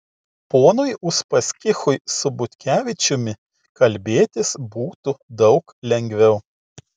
ponui uspaskichui su butkevičiumi kalbėtis būtų daug lengviau